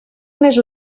més